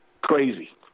crazy